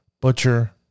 Butcher